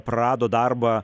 prarado darbą